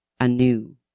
anew